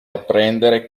apprendere